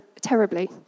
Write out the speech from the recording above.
terribly